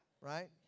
Right